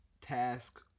task